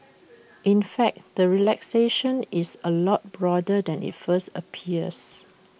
in fact the relaxation is A lot broader than IT first appears